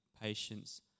patience